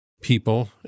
people